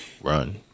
Run